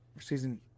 season